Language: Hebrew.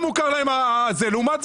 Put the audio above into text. לעבוד,